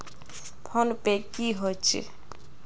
Phone पै की होचे?